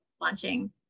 launching